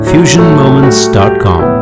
FusionMoments.com